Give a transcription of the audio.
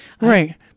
Right